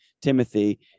Timothy